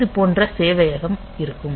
இது போன்று சேவையகம் இருக்கும்